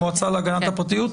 המועצה להגנת הפרטיות?